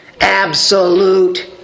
absolute